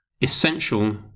essential